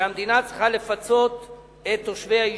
שהמדינה צריכה לפצות את תושבי היישובים.